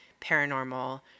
paranormal